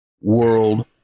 world